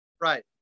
right